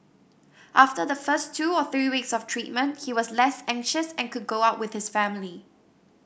after the first two or three weeks of treatment he was less anxious and could go out with his family